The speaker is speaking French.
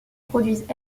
produisent